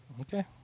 Okay